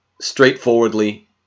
Straightforwardly